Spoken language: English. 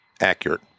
accurate